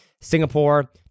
Singapore